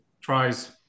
tries